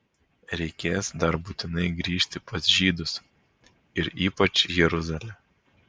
reikės dar būtinai grįžti pas žydus ir ypač jeruzalę